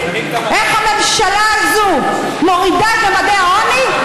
איך הממשלה הזאת מורידה את ממדי העוני?